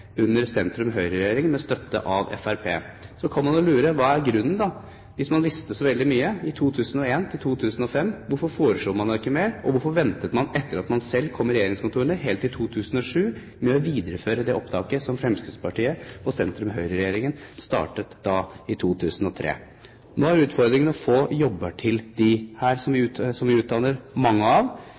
under en sentrum–Høyre-regjering, med støtte fra Fremskrittspartiet. Så kan man jo lure på hva grunnen til det er. Hvis man visste så veldig mye i perioden 2001–2005, hvorfor foreslo man da ikke mer, og hvorfor ventet man til etter at man selv kom i regjeringskontorene, helt til 2007, med å videreføre det opptaket som Fremskrittspartiet og sentrum–Høyre-regjeringen startet i 2003? Nå er utfordringen å få jobber til dem vi utdanner mange av.